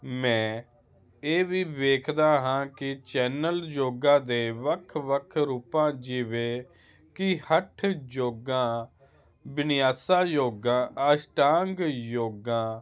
ਮੈਂ ਇਹ ਵੀ ਵੇਖਦਾ ਹਾਂ ਕਿ ਚੈਨਲ ਯੋਗਾ ਦੇ ਵੱਖ ਵੱਖ ਰੂਪਾਂ ਜਿਵੇਂ ਕਿ ਹੱਠ ਯੋਗਾ ਬਿਨਿਆਸਾ ਯੋਗਾ ਅਸ਼ਟਾਂਗ ਯੋਗਾ